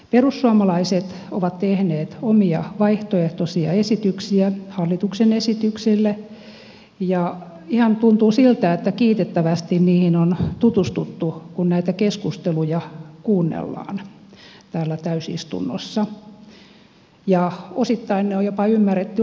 perussuomalaiset ovat tehneet omia vaihtoehtoisia esityksiä hallituksen esityksille ja ihan tuntuu siltä että kiitettävästi niihin on tutustuttu kun näitä keskusteluja kuunnellaan täällä täysistunnossa ja osittain ne on jopa ymmärretty oikealla tavalla